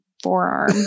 forearm